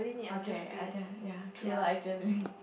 okay I think ya true lah actually